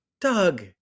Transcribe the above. Doug